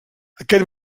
aquest